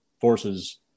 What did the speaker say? forces